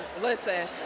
Listen